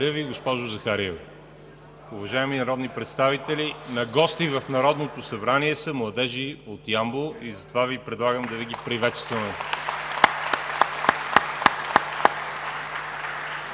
Благодаря Ви, госпожо Захариева. Уважаеми народни представители, на гости в Народното събрание са младежи от Ямбол, затова Ви предлагам да ги приветстваме.